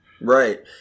Right